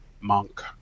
monk